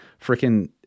freaking